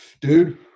Dude